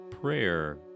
Prayer